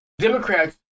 Democrats